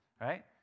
right